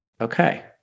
Okay